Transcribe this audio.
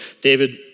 David